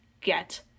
get